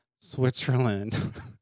Switzerland